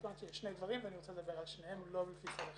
התכוונתי לשני דברים ואני רוצה לדבר על שניהם לא לפי סדר חשיבות.